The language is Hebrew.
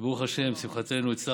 וברוך השם, לשמחתנו, הצלחנו,